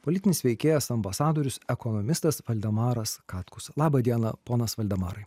politinis veikėjas ambasadorius ekonomistas valdemaras katkus laba diena ponas valdemarai